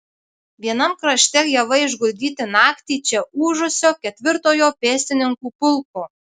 vienam krašte javai išguldyti naktį čia ūžusio ketvirtojo pėstininkų pulko